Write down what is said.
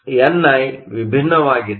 N I ವಿಭಿನ್ನವಾಗಿದೆ